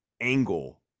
angle